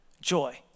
joy